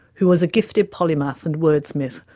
who was a gifted polymath and wordsmith,